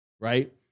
right